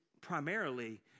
primarily